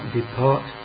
depart